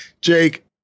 Jake